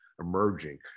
emerging